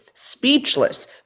speechless